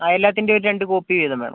ആ എല്ലാത്തിൻ്റെയും ഒരു രണ്ട് കോപ്പി വീതം വേണം